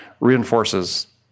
reinforces